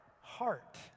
heart